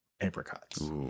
apricots